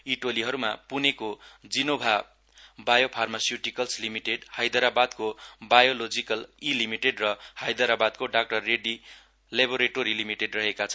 यी टोलीहरूमा पुनेको जिनोभा बायोफार्मास्युत्किल्स लिमिटेड हाईद्रराबादको बायोलोजिकल ई लिमिटेड र हाइद्रराबादको डाक्टर रेड्डी लेबोरेटोरी लिमिटेड रहेका छन्